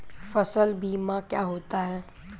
फसल बीमा क्या होता है?